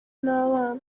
n’abana